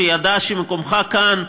שידע שמקומך כאן,